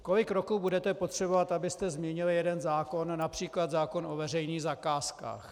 Kolik roků budete potřebovat, abyste změnili jeden zákon, např. zákon o veřejných zakázkách?